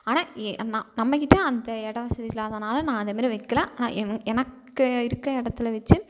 ஆனால் ஏ ஆ நா நம்மகிட்ட அந்த எடம் வசதி இல்லாதனால் நான் அதை மாரி வெக்கல ஆனால் என் எனக்கு இருக்கற இடத்துல வச்சி